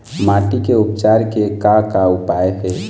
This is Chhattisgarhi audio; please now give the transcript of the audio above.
माटी के उपचार के का का उपाय हे?